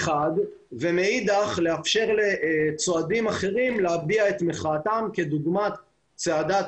ומאידך לאפשר לצועדים אחרים להביע את מחאתם כדוגמת צעדה